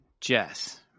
Jess